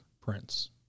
Prince